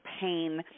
pain